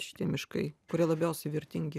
šitie miškai kurie labiausiai vertingi